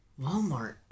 Walmart